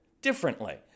differently